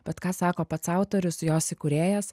bet ką sako pats autorius jos įkūrėjas